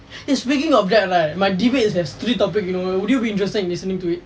eh speaking of that right my debate have three topic you know would you be interested in listening to it